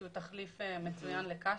שהוא תחליף מצוין לקש,